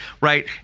right